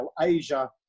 Asia